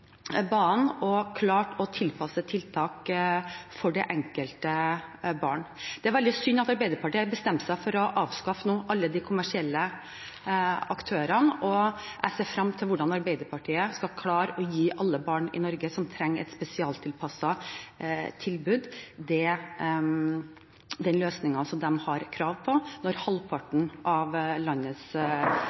banen og har klart å tilpasse tiltak for det enkelte barn. Det er veldig synd at Arbeiderpartiet har bestemt seg for å avskaffe alle de kommersielle aktørene, og jeg ser fram til hvordan Arbeiderpartiet skal klare å gi alle barn i Norge som trenger et spesialtilpasset tilbud, den løsningen de har krav på, når halvparten av landets